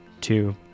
two